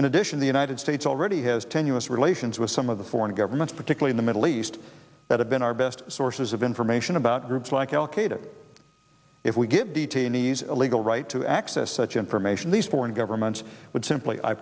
in addition the united states already has tenuous relations with some of the foreign governments particularly the middle east that have been our best sources of information about groups like al qaeda if we give detainees a legal right to access such information these foreign governments would simply i